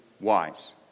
wise